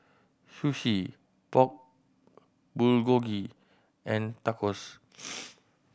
Sushi Pork Bulgogi and Tacos